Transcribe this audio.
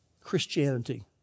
Christianity